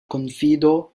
konfido